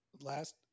last